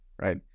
right